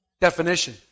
definition